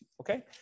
okay